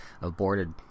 aborted